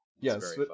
Yes